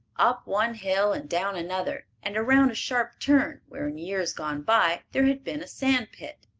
up one hill and down another, and around a sharp turn where in years gone by there had been a sand pit.